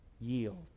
Yield